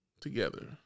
together